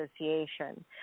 Association